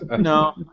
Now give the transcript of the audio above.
No